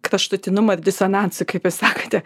kraštutinumo ir disonansų kaip jūs sakote